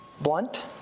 blunt